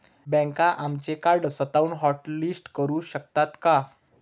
बँका आमचे कार्ड स्वतःहून हॉटलिस्ट करू शकतात का?